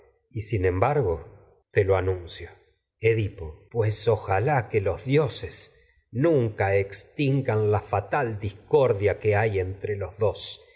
y sin embargo te lo anuncio edipo la fatal pues ojalá que que los dioses los nunca y extingan de mi discordia hay entre para dos